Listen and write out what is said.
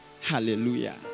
Hallelujah